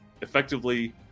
effectively